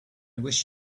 wish